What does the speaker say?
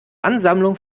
ansammlung